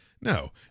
No